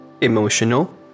emotional